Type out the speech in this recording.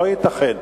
לא ייתכן.